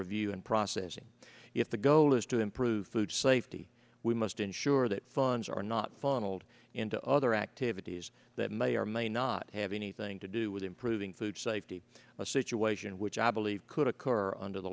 review and processing if the goal is to improve food safety we must ensure that funds are not funneled into other activities that may or may not have anything to do with improving food safety a situation which i believe could occur under the